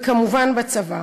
וכמובן בצבא.